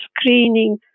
screening